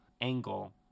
angle